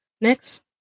Next